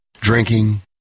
drinking